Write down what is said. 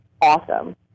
awesome